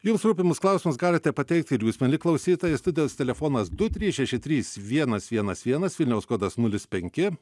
jums rūpimus klausimus galite pateikti ir jūs mieli klausytojai studijos telefonas du trys šeši trys vienas vienas vienas vilniaus kodas nulis penki